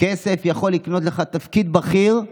כסף יכול לקנות לך תפקיד בכיר,